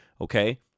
Okay